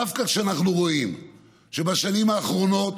דווקא כשאנחנו רואים שבשנים האחרונות